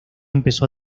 empezó